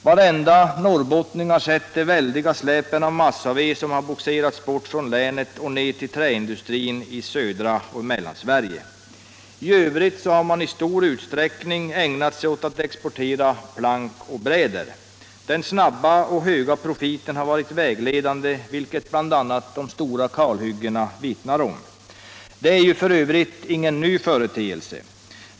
Varenda norrbottning har sett de väldiga släpen av massaved som har bogserats bort från länet och ner till träindustrin i södra Sverige och Mellansverige. I övrigt har man i stor utsträckning ägnat sig åt att exportera plank och bräder. Den snabba och höga profiten har varit vägledande, vilket bl.a. de stora kalhyggena vittnar om. De är f. ö. ingen ny företeelse.